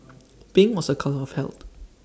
pink was A colour of health